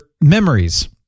memories